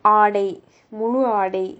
ஆடை:aadai